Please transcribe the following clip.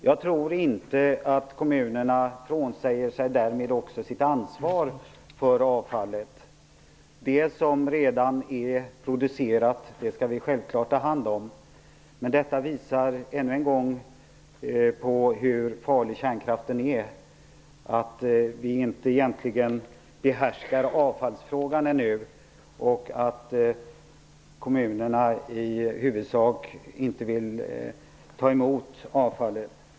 Jag tror inte att kommunerna därmed frånsäger sig sitt ansvar för avfallet. Det som redan är producerat skall vi självfallet ta hand om. Detta visar än en gång hur farlig kärnkraften är. Vi behärskar egentligen inte avfallsfrågan ännu. Kommunerna vill i huvudsak inte ta emot avfallet.